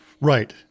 right